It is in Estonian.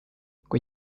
kui